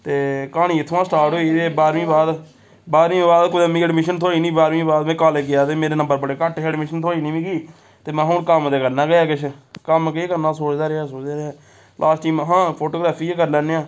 ते क्हानी इत्थुआं स्टार्ट होई गेई ते बाह्रमीं बाद बाह्रमीं बाद मिगी एडमिशन थ्होई नि बाह्रमी बाद में कालेज गेआ ते मेरे नंबर बड़े घट्ट हे एडमिशन थ्होई निं मिगी ते महां हून कम्म ते करना गै किश कम्म केह् करना सोचदा रेहा सोचदा रेहा लास्ट च महां फोटोग्राफी गै करी लैन्ने आं